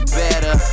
better